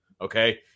Okay